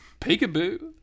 peekaboo